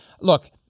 look